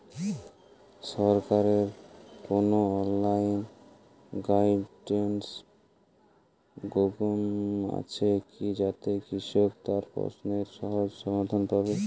সরকারের কোনো online guidance programme আছে কি যাতে কৃষক তার প্রশ্নের সহজ সমাধান পাবে?